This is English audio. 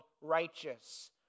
righteous